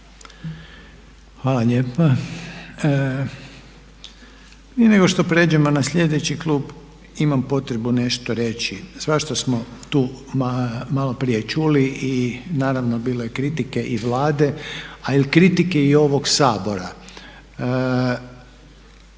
Hvala lijepa. Prije nego što pređemo na slijedeći klub ima potrebu nešto reći. Svašta smo tu maloprije čuli i naravno bilo je kritike i Vlade, ali i kritike ovog Sabora.